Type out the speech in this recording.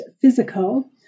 physical